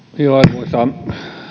arvoisa